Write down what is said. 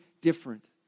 different